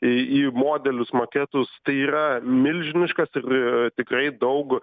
į į modelius maketus tai yra milžiniškas ir tikrai daug